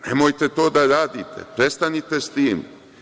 Nemojte to da radite, prestanite sa tim.